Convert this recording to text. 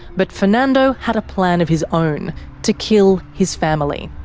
but fernando had a plan of his own to kill his family.